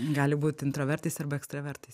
gali būt intravertais arba ekstravertais